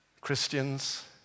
Christians